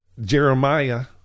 Jeremiah